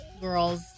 girls